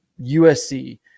USC